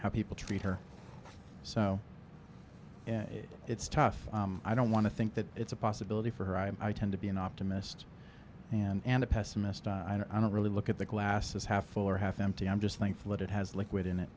how people treat her so it's tough i don't want to think that it's a possibility for her i tend to be an optimist and a pessimist i don't really look at the glass as half full or half empty i'm just thankful that it has liquid in it